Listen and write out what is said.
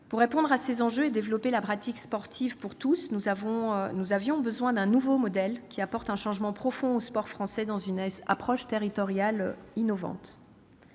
Pour répondre à ces enjeux et développer la pratique sportive pour tous, nous avions besoin d'un nouveau modèle apportant un changement profond au sport français, dans une approche territoriale innovante.